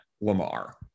Lamar